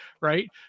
Right